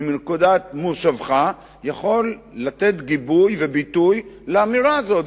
מנקודת מושבך יכול לתת גיבוי וביטוי לאמירה הזאת.